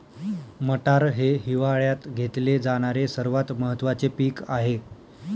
मटार हे हिवाळयात घेतले जाणारे सर्वात महत्त्वाचे पीक आहे